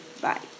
Bye